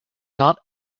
not